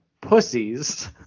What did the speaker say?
pussies